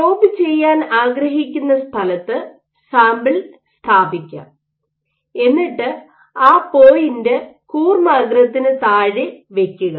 probe ചെയ്യാൻ ആഗ്രഹിക്കുന്ന സ്ഥലത്ത് സാമ്പിൾ സ്ഥാപിക്കാം എന്നിട്ട് ആ പോയിൻറ് കൂർമ്മാഗ്രത്തിന് താഴെ വയ്ക്കുക